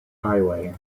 highway